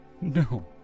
No